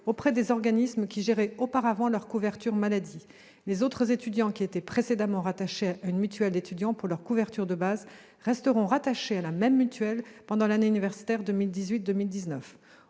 aux organismes qui géraient auparavant leur couverture maladie. Les autres étudiants, qui étaient précédemment rattachés à une mutuelle d'étudiants pour leur couverture de base, resteront rattachés à la même mutuelle pendant l'année universitaire 2018-2019.